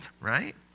right